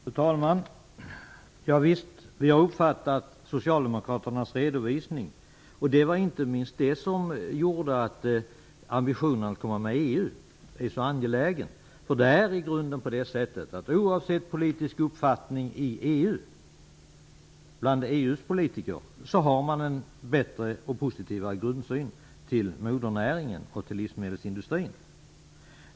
Fru talman! Visst har vi uppfattat Socialdemokraternas redovisning. Det var inte minst det som gjorde ambitionen att komma med i EU så angelägen. Oavsett politisk uppfattning bland EU:s politiker har man en bättre och positivare grundsyn till modernäringen och till livsmedelsindustrin.